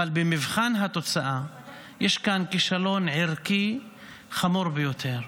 אבל במבחן התוצאה יש כאן כישלון ערכי חמור ביותר.